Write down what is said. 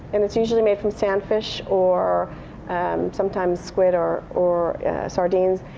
and it's usually made from sandfish or sometimes squid or or sardines.